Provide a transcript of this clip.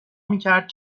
میکرد